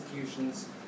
institutions